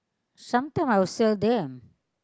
sometimes I will sell them